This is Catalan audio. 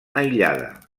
aïllada